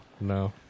No